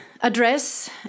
address